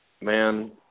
Man